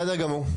בסדר גמור.